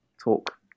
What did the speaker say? talk